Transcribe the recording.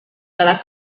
serà